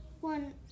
one